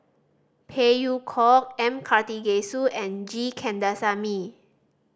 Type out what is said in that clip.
Phey Yew Kok M Karthigesu and G Kandasamy